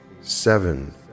seven